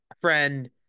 Friend